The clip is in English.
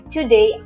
Today